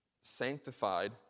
sanctified